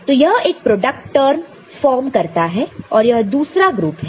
तो यह एक प्रोडक्ट टर्म फॉर्म करता है और यह दूसरा ग्रुप है